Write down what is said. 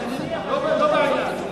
לא בעניין.